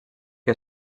que